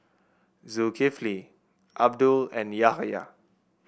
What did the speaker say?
Zulkifli Abdul and Yahaya